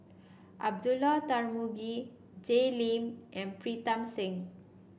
Abdullah Tarmugi Jay Lim and Pritam Singh